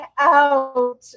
out